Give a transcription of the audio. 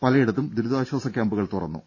പലയിടത്തും ദുരിതാശ്വാസ ക്യാമ്പുകൾ തുറന്നു